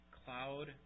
cloud